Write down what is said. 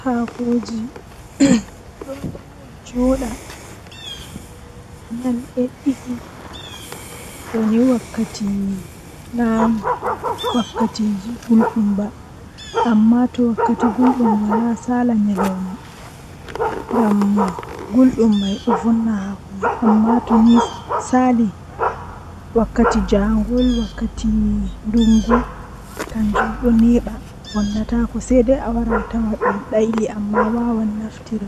Arande kam mi tefan boggol chaji am mi hawra haa hiite mi tabbitina waya man don huwa naa malla wal huwa to waya man don huwa mi habda mi nyo'a babal kunnago mi laara babal man wonni na malla wonnai to Sali konnago bo sei mi hoosa mi yarina geroobe malla himbe hakkilinta be gera waya be larina am dume on wadi.